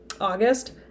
august